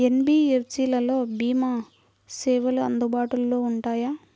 NBFC లలో భీమా సేవలు అందుబాటులో ఉంటాయా?